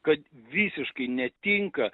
kad visiškai netinka